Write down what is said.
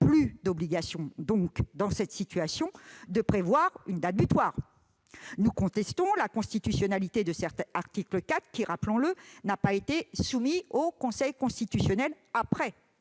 Plus d'obligation, donc, dans cette situation, de prévoir une date butoir. Nous contestons la constitutionnalité de cet article 4, lequel, rappelons-le, n'a pas été soumis au Conseil constitutionnel après